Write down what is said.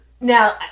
Now